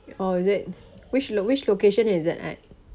oh is it which lo~ which location is it at